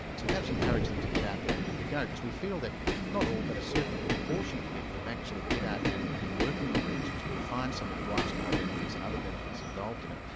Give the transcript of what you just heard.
to perhaps encourage them to get out there and give it a go, because we feel that not all but a certain proportion of people who actually get out and and work in the regions, will find some of the lifestyle benefits and other benefits involved in it,